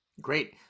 Great